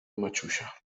maciusia